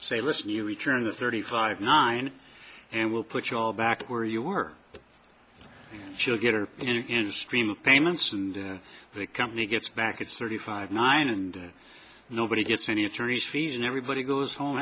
say listen you return the thirty five nine and we'll put you all back where you were but she'll get her stream payments and the company gets back its thirty five nine and nobody gets any attorneys fees and everybody goes home